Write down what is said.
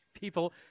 people